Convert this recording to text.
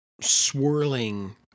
swirling